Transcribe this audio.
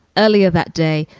earlier that day,